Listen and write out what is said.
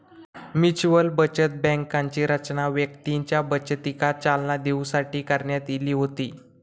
mutual बचत बँकांची रचना व्यक्तींच्या बचतीका चालना देऊसाठी करण्यात इली होती